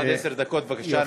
עד עשר דקות, בבקשה.